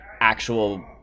actual